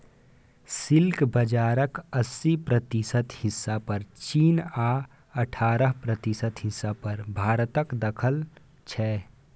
silk बजारक अस्सी प्रतिशत हिस्सा पर चीन आ अठारह प्रतिशत हिस्सा पर भारतक दखल छै